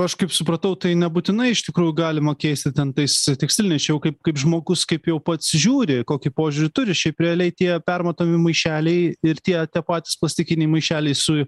aš kaip supratau tai nebūtinai iš tikrųjų galima keisti ten tais tekstiliniais čia jau kaip kaip žmogus kaip jau pats žiūri kokį požiūrį turi šiaip realiai tie permatomi maišeliai ir tie tie patys plastikiniai maišeliai su